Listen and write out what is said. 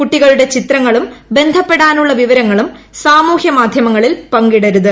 കുട്ടികളുടെ ചിത്രങ്ങളും ബന്ധപ്പെടാനുള്ള വിവരങ്ങളും സാമൂഹ്യ മാധ്യമങ്ങളിൽ പങ്കിടരുത്